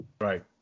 Right